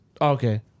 Okay